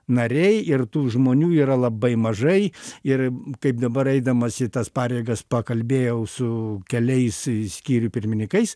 nariai ir tų žmonių yra labai mažai ir kaip dabar eidamas į tas pareigas pakalbėjau su keliais skyrių pirminikais